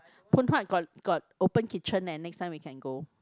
Phoon Huat got got open kitchen eh next time we can go